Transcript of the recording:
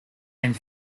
and